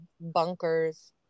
bunkers